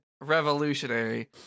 revolutionary